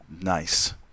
Nice